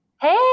Hey